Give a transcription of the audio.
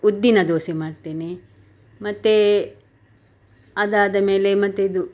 ಉದ್ದಿನ ದೋಸೆ ಮಾಡ್ತೇನೆ ಮತ್ತು ಅದಾದ ಮೇಲೆ ಮತ್ತಿದು